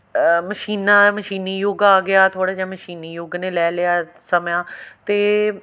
ਮਸ਼ੀਨਾਂ ਮਸ਼ੀਨੀ ਯੁੱਗ ਆ ਗਿਆ ਥੋੜ੍ਹਾ ਜਿਹਾ ਮਸ਼ੀਨੀ ਯੁੱਗ ਨੇ ਲੈ ਲਿਆ ਸਮਾਂ ਅਤੇ